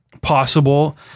possible